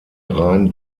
rhein